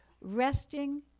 Resting